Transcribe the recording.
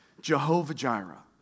Jehovah-Jireh